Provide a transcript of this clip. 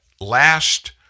last